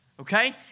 okay